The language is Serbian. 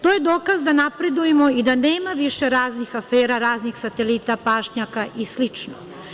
To je dokaz da napredujemo i da nema više raznih afera, raznih satelita, pašnjaka i slično.